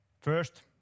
First